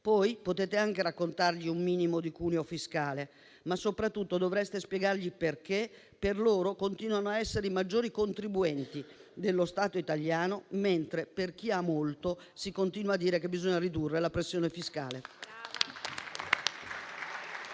poi potrete anche raccontare loro un minimo di cuneo fiscale, ma soprattutto dovreste spiegare loro perché continuano a essere i maggiori contribuenti dello Stato italiano, mentre per chi ha molto si continua a dire che bisogna ridurre la pressione fiscale.